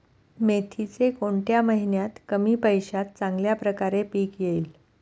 मेथीचे कोणत्या महिन्यात कमी पैशात चांगल्या प्रकारे पीक येईल?